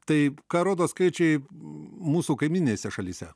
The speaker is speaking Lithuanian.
tai ką rodo skaičiai m mūsų kaimyninėse šalyse